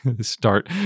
start